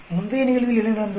முந்தைய நிகழ்வில் என்ன நடந்தது